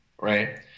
right